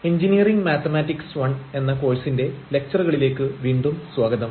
engineering mathematics I എന്ന കോഴ്സിന്റെ ലക്ച്ചറുകളിലേക്ക് വീണ്ടും സ്വാഗതം